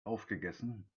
aufgegessen